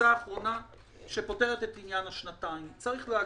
לאחר הדיון בוועדה,